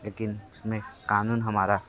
लेकिन उस मे क़ानून हमारा